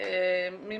לי